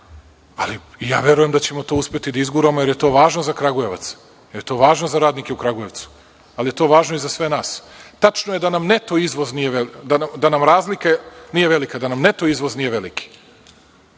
Ali, ja verujem da ćemo to uspeti da izguramo, jer je to važno za Kragujevac, jer je to važno za radnike u Kragujevcu, ali je to važno i za sve nas. Tačno je da nam razlika nije velika, da nam neto izvoz nije veliki.